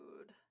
food